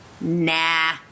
Nah